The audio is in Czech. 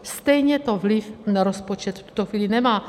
Stejně to vliv na rozpočet v tuto chvíli nemá.